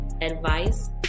advice